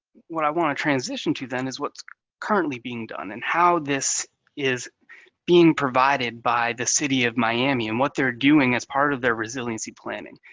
what i want to transition to, then, is what's currently being done, and how this is being provided by the city of miami, and what they're doing as part of the their resiliency planning,